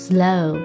Slow